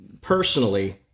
personally